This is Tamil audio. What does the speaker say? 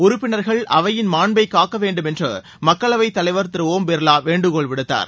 உறுப்பினா்கள் அவையின் மாண்பைக் காக்க வேண்டுமென்று மக்களவைத் தலைவா் திரு ஓம் பிர்வா வேண்டுகோள் விடுத்தார்